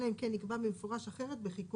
אלא אם כן נקבע בניגוד להוראותבמפורש אחרת בחיקוק